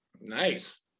Nice